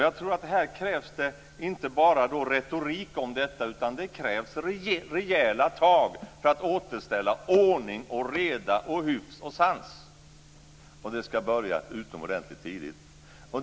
Jag tror att det inte bara krävs retorik om detta, utan det krävs rejäla tag för att återställa ordning, reda, hyfs och sans! Och det ska börja utomordentligt tidigt.